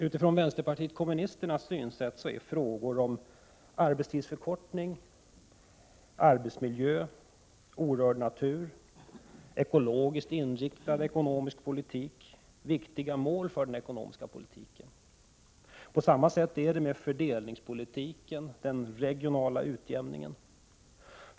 Utifrån vänsterpartiet kommunisternas synsätt är frågor som arbetstidsförkortning, arbetsmiljö, orörd natur och en ekologiskt inriktad ekonomi viktiga mål för den ekonomiska politiken. På samma sätt är det med fördelningspolitiken och den regionala utjämningen.